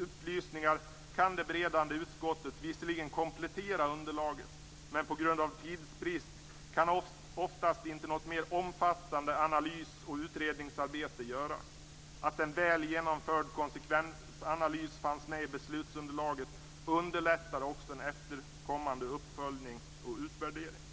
upplysningar kan det beredande utskottet visserligen komplettera underlaget men på grund av tidsbrist kan oftast inte något mera omfattande analys och utredningsarbete göras. Att en väl genomförd konsekvensanalys fanns med i beslutsunderlaget underlättar också en efterkommande uppföljning och utvärdering.